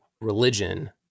religion